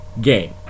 game